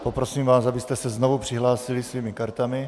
Poprosím vás, abyste se znovu přihlásili svými kartami...